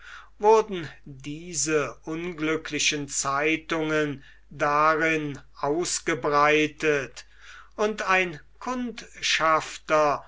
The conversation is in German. wurden diese unglücklichen zeitungen darin ausgebreitet und ein kundschafter